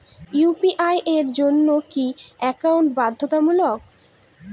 UPI এর জন্য কি একাউন্ট বাধ্যতামূলক?